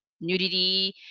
nudity